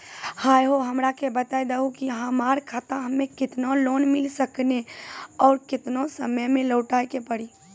है हो हमरा के बता दहु की हमार खाता हम्मे केतना लोन मिल सकने और केतना समय मैं लौटाए के पड़ी?